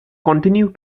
continue